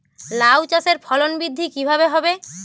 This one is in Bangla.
লাউ চাষের ফলন বৃদ্ধি কিভাবে হবে?